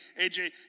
AJ